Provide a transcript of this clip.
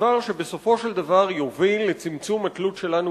דבר שבסופו של דבר יוביל לצמצום התלות שלנו